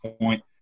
point